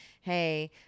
hey